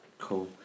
cool